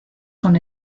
con